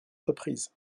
reprises